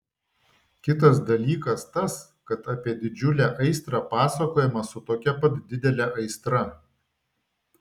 kitas dalykas tas kad apie didžiulę aistrą pasakojama su tokia pat didele aistra